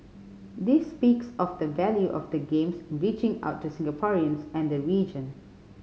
this speaks of the value of the Games reaching out to Singaporeans and the region